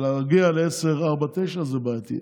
אבל להגיע ל-10.49 זה בעייתי.